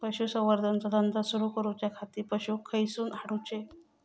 पशुसंवर्धन चा धंदा सुरू करूच्या खाती पशू खईसून हाडूचे?